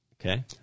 Okay